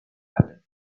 happen